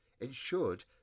ensured